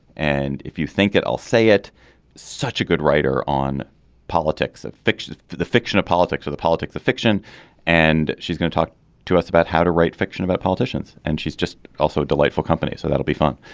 and if you think it i'll say it such a good writer on politics of fiction the fiction of politics or the politics of fiction and she's going to talk to us about how to write fiction about politicians. and she's just also delightful company so that'll be fun.